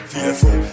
Fearful